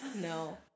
No